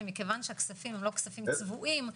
כיוון שהכספים אינם צבועים,